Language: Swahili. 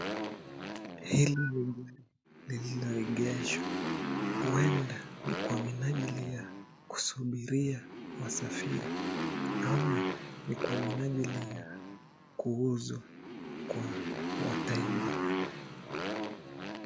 Hili ni gari lilioegeshwa huenda ni kwa minanjili ya kusubiria wasafiri ama ni kwa minajili ya kuuzwa kwa wateja.